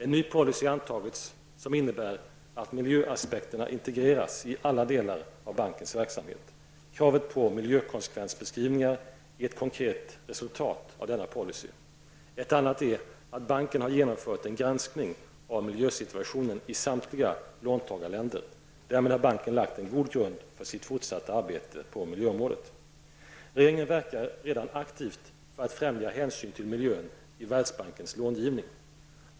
En ny policy har antagits som innebär att miljöaspekterna integreras i alla delar av bankens verksamhet. Kravet på miljökonsekvensbeskrivningar är ett konkret resultat av denna policy. Ett annat är att banken har genomfört en granskning av miljösituationen i samtliga låntagarländer. Därmed har banken lagt en god grund för sitt fortsatta arbete på miljöområdet. Regeringen verkar redan aktivt för att befrämja hänsyn till miljön i Världsbankens långivning.